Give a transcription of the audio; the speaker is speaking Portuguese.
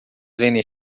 vendem